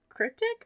Cryptic